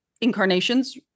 incarnations